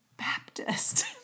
Baptist